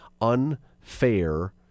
unfair